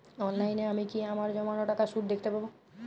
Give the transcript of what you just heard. অনলাইনে আমি কি আমার জমানো টাকার সুদ দেখতে পবো?